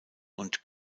und